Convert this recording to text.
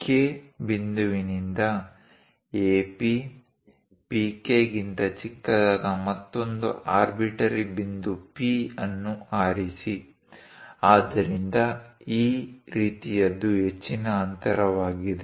K ಬಿಂದುವಿನಿಂದ AP PK ಗಿಂತ ಚಿಕ್ಕದಾದ ಮತ್ತೊಂದು ಆರ್ಬಿಟ್ರರಿ ಬಿಂದು P ಅನ್ನು ಆರಿಸಿ ಆದ್ದರಿಂದ ಈ ರೀತಿಯದು ಹೆಚ್ಚಿನ ಅಂತರವಾಗಿದೆ